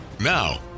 Now